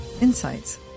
Insights